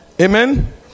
Amen